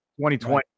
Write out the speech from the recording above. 2020